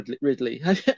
ridley